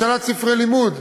השאלת ספרי לימוד,